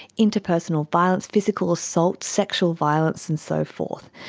interpersonal violence, physical assault, sexual violence and so forth,